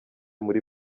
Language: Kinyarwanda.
muri